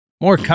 More